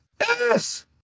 Yes